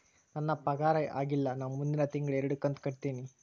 ನನ್ನ ಪಗಾರ ಆಗಿಲ್ಲ ನಾ ಮುಂದಿನ ತಿಂಗಳ ಎರಡು ಕಂತ್ ಕಟ್ಟತೇನಿ